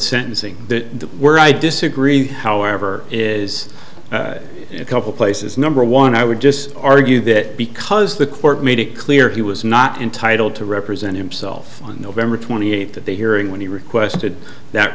sentencing that were i disagree however is a couple places number one i would just argue that because the court made it clear he was not entitled to represent himself on november twenty eighth that the hearing when he requested that